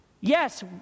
Yes